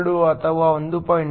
42 ಅಥವಾ 1